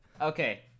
okay